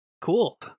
Cool